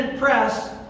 press